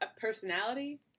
personality